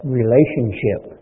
relationship